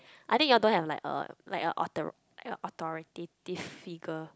I think you all don't have like a like a alter like authoritative figure